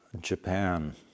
Japan